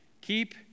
keep